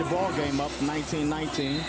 the ball game up nineteen ninet